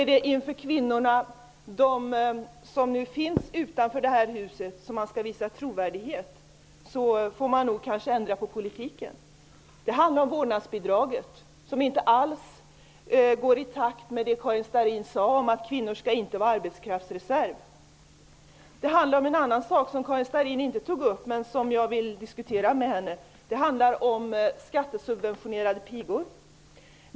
Är det för de kvinnor som finns utanför Riksdagshuset som man skall framstå som trovärdig får man nog ändra politiken. Det handlar om vårdnadsbidraget, som inte alls går ihop med det som Karin Starrin sade om att kvinnor inte skall vara en arbetskraftsreserv. Det handlar om en annan sak som Karin Starrin inte tog upp men som jag vill diskutera med henne: skattesubventionerade pigor.